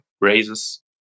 raises